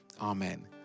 Amen